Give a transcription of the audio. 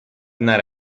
نره